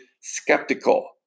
skeptical